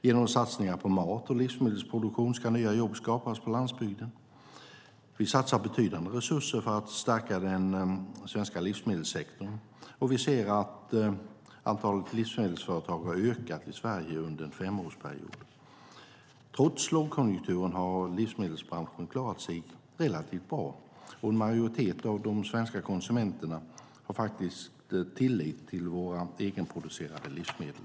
Genom satsningar på mat och livsmedelsproduktion ska nya jobb skapas på landsbygden. Vi satsar betydande resurser för att stärka den svenska livsmedelssektorn, och vi ser att antalet livsmedelsföretag har ökat i Sverige under en femårsperiod. Trots lågkonjunkturen har livsmedelsbranschen klarat sig relativt bra, och en majoritet av de svenska konsumenterna känner faktiskt tillit till våra egenproducerade livsmedel.